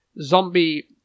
zombie